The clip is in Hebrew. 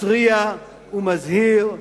מתריע ומזהיר,